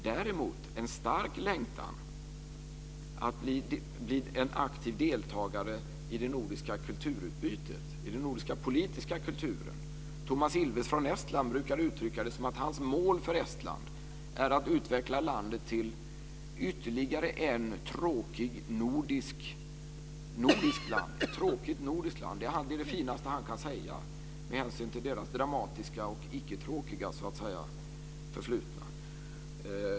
Däremot har jag mött en stark längtan när det gäller att bli en aktiv deltagare i det nordiska kulturutbytet - i den nordiska politiska kulturen. Toomas Ilves från Estland brukar uttrycka det som att hans mål för Estland är att utveckla landet till ett tråkigt nordiskt land. Det är det finaste han kan säga med hänsyn till deras dramatiska och icketråkiga förflutna.